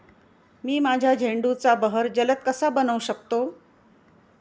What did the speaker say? मी माझ्या झेंडूचा बहर जलद कसा बनवू शकतो?